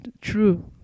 true